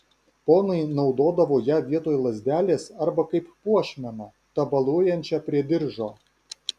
ponai naudodavo ją vietoj lazdelės arba kaip puošmeną tabaluojančią prie diržo